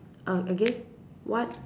oh again what